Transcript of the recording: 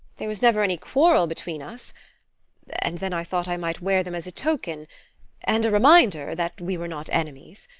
there was never any quarrel between us and then i thought i might wear them as a token and a reminder that we were not enemies.